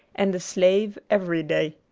and a slave every day.